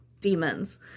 Demons